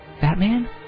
Batman